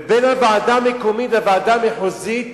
ובין הוועדה המקומית לוועדה המחוזית